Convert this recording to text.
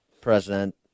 president